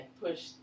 push